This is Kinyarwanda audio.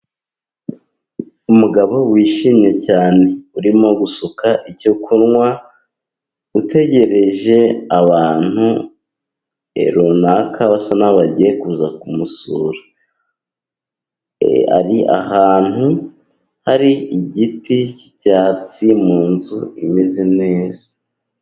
Umugabo wishimye cyane, urimo gusuka icyo kunwa utegereje abantu runaka basa n'aho bagiye kuza kumusura, ari ahantu hari igiti cy'icyatsi mu nzu imeze neza.